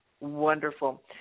Wonderful